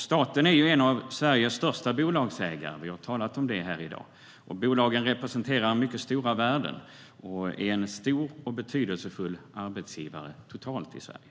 Staten är en av Sveriges största bolagsägare, vilket vi har talat om i dag. Bolagen representerar mycket stora värden och är en stor och betydelsefull arbetsgivare i Sverige.